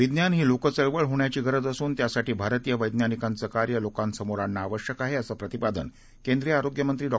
विज्ञानहीलोक चळवळहोण्याचीगरजअसूनत्यासाठीभारतीयवज्ञनिकांचंकार्यलोकांसमोरआणणंआवश्यकआहे असंप्रतिपादनकेंद्रीयआरोग्यमंत्रीडॉ